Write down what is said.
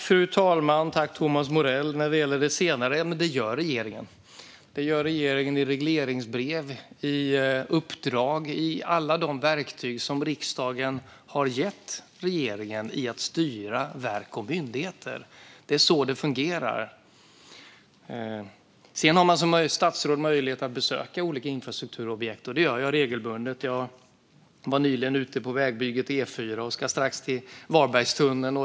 Fru talman och Thomas Morell! När det gäller det senare gör regeringen det. Det gör regeringen i regleringsbrev, i uppdrag och med alla de verktyg som riksdagen har gett regeringen för att styra verk och myndigheter. Det är så det fungerar. Sedan har man som statsråd möjlighet att besöka olika infrastrukturobjekt, och det gör jag regelbundet. Jag var nyligen ute på vägbygget vid E4:an och ska snart till Varbergstunneln.